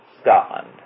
Scotland